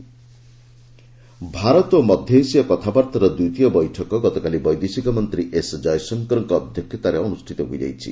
S Jaishankar Bharat ଓ ମଧ୍ୟଏସୀୟ କଥାବାର୍ତ୍ତାର ଦ୍ୱିତୀୟ ବୈଠକ ଗତକାଲି ବୈଦେଶିକ ମନ୍ତ୍ରୀ ଏସ୍କୟଶଙ୍କରଙ୍କ ଅଧ୍ୟକ୍ଷତାରେ ଅନୁଷ୍ଠିତ ହୋଇଯାଇଛି